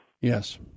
yes